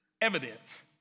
evidence